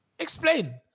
Explain